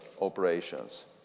operations